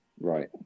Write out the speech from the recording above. Right